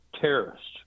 terrorists